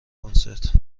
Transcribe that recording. کنسرت